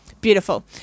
beautiful